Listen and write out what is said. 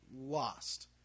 Lost